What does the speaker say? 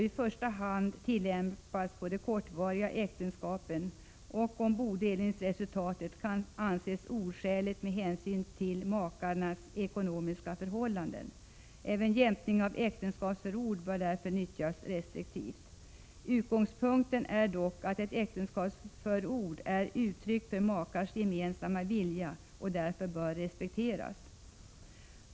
I första hand skall den tillämpas på de kortvariga äktenskapen och om bodelningsresultatet kan anses oskäligt med hänsyn till makarnas ekonomiska förhållanden. Även jämkning av äktenskapsförord bör därför nyttjas restriktivt. Utgångspunkten är dock att ett äktenskapsförord är uttryck för makars gemensamma vilja och därför bör respekteras.